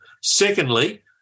Secondly